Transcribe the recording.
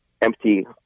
empty